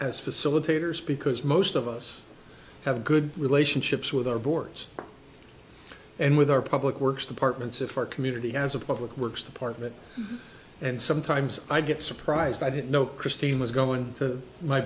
as facilitators because most of us have good relationships with our boards and with our public works department sofar community as a public works department and sometimes i get surprised i didn't know christine was going to my